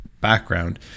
background